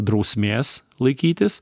drausmės laikytis